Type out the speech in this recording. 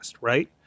right